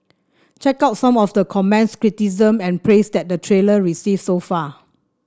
check out some of the comments criticism and praise that the trailer received so far